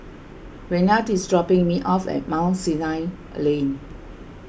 Raynard is dropping me off at Mount Sinai Lane